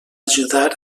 ajudar